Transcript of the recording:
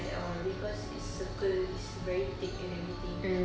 at all because it's circle it's very thick and everything